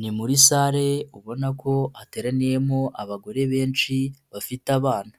Ni muri sale ubona ko hateraniyemo abagore benshi bafite abana